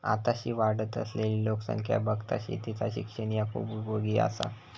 आताशी वाढत असलली लोकसंख्या बघता शेतीचा शिक्षण ह्या खूप उपयोगी आसा